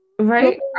Right